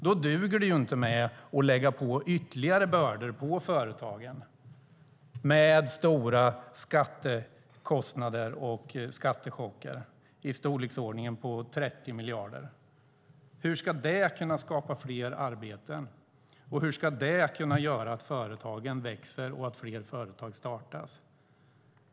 Då duger det inte att lägga ytterligare bördor på företagen i form av stora skattekostnader, skattechocker, i storleksordningen 30 miljarder. Hur ska det kunna skapa fler arbeten, och hur ska det kunna göra att företagen växer och fler företag startas?